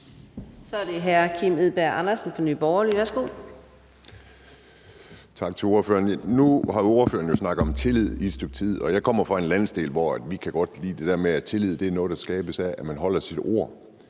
Så er det hr. Kim Edberg Andersen fra Nye Borgerlige. Værsgo.